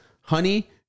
honey